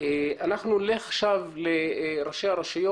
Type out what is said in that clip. אני בטוח שהסיוע